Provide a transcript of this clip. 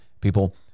people